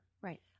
Right